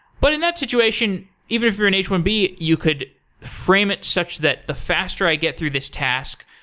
but in that situation, even if you're an h one b, you could frame it such that the faster i get through this task,